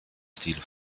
stil